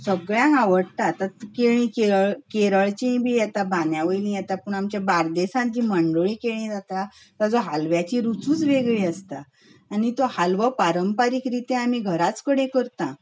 सगळ्यांंक आवडटा तर तीं केळीं केरळचीं बीं येता बांंद्यावेलीं येता पूण आमच्या बार्देशांत जीं मंडोळीं केळीं जाता ताजो हालव्याची रुचूच वेगळी आसता आनी तो हालवो पारंपारीक रितीन आमी घराच कडेन करता